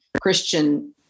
Christian